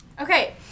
okay